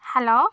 hello